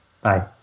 Bye